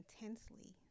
intensely